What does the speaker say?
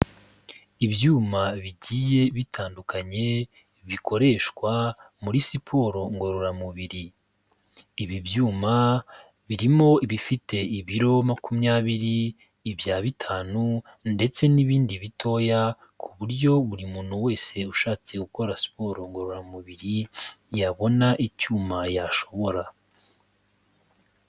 Ibyuma bigiye bitandukanye bikoreshwa muri siporo ngororamubiri. Ibi byuma birimo ibifite ibiro makumyabiri, ibya bitanu ndetse n'ibindi bitoya ku buryo buri muntu wese ushatse gukora siporo ngororamubiri yabona icyuma yashobora.